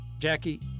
Jackie